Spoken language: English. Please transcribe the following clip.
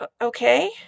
Okay